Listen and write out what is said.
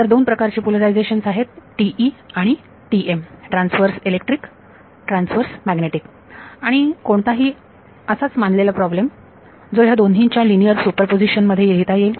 तर दोन प्रकारची पोलरायझेशन्स आहेत TE आणि TM transverse electric transverse magnetic आणि कोणताही असाच मानलेला प्रॉब्लेम जो ह्या दोन्हीं च्या लिनियर सुपरपोझिशन मध्ये लिहिता येईल